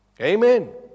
Amen